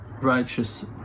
righteous